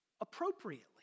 appropriately